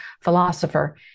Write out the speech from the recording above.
philosopher